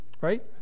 right